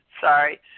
Sorry